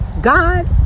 God